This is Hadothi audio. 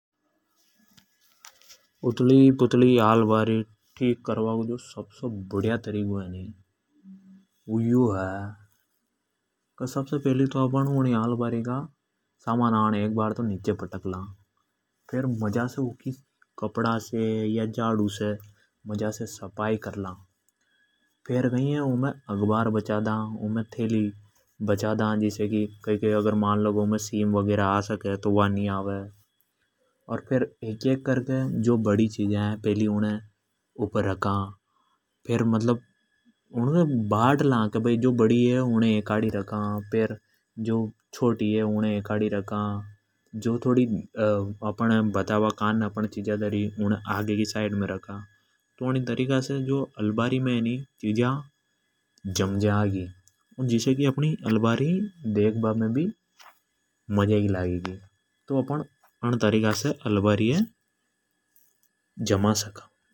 उथली पूथली आलबारी ये ठीक करबा को सबसे बडीआ तरीको जो है। जो है की सबसे पेलि तो अपण उन आलबारी का सारा समान नीचे पटक ला। फेर् कपड़ा से झाड़ू से सफाई कर ला। फेर् उमे अखबार बछा दा। उमे थेली बचा दा। जो बड़ी चिजा है उने एकआडी रखा। जो छोटी है उने एकड़ी रखा। जो थोड़ी बताबा कानने है उने आगे रखा। तो अन् तरीका से आलमारी देखभा मे भी मजा की लागे गी। तो अन् तरीका से आलमारी जमा सका।